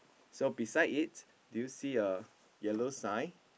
so beside it do you see a yellow sign